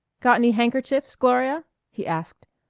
got any handkerchiefs, gloria? he asked.